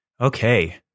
Okay